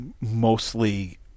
mostly